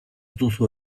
duzu